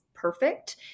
perfect